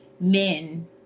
men